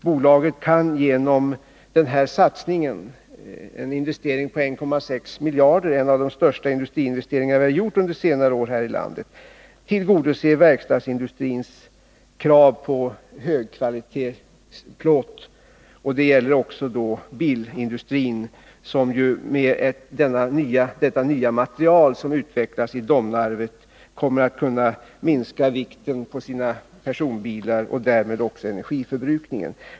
Bolaget kan genom denna satsning — det rör sig om en investering på 1,6 miljarder, dvs. en av de största industriinvesteringar vi har gjort under senare år här i landet — tillgodose verkstadsindustrins krav på högkvalitetsplåt. Detsamma gäller för bilindustrin, som med det nya material som utvecklas i Domnarvet kommer att kunna minska vikten på sina personbilar och därmed också energiförbrukningen.